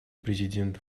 президент